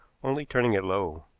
only turning it low.